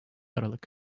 aralık